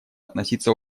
относиться